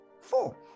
Four